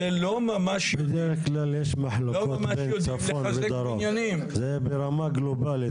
לאור העובדה שהתקן הפך להיות מחייב רק בשנת 80' בשנים שהיו סמוכות,